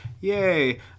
Yay